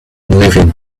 leaving